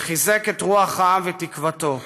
וחיזק את רוח העם ותקוותו.